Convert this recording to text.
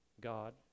God